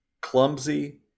clumsy